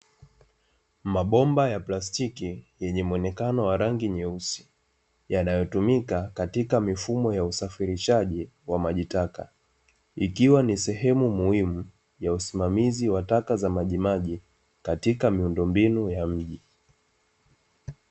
Mabomba ya plastiki yenye muonekano wa rangi nyeusi, yanayotumika katika mifumo ya usafirishaji wa maji taka, ikiwa ni sehemu muhimu ya usimamizi wa taka za majimaji katika miundombinu ya mji.